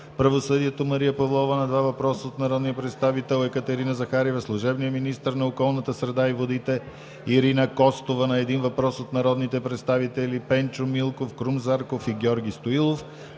правосъдието Мария Павлова – на два въпроса от народния представител Екатерина Захариева; - служебният министър на околната среда и водите Ирина Костова – на един въпрос от народните представители Пенчо Милков, Крум Зарков и Георги Стоилов.